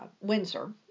Windsor